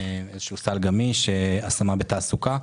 איזשהו סל גמיש: השמה בתעסוקה.